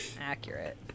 Accurate